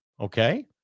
Okay